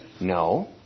No